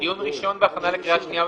בהכנה לקריאה שנייה ושלישית.